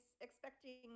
expecting